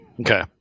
Okay